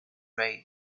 raid